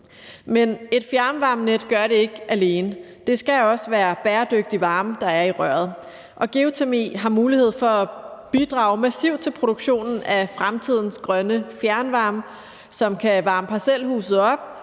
men et fjernvarmenet gør det ikke alene. Det skal også være bæredygtig varme, der er i røret, og geotermi har mulighed for at bidrage massivt til produktionen af fremtidens grønne fjernvarme, som kan varme parcelhuset op